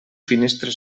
finestres